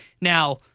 Now